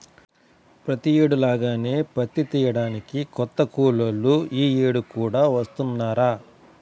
ప్రతేడు లాగానే పత్తి తియ్యడానికి కొత్త కూలోళ్ళు యీ యేడు కూడా వత్తన్నారా